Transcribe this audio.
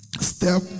step